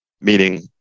meaning